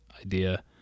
idea